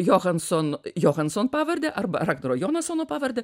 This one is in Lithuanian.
johanson johanson pavardę arba ragnaro jonasano pavardę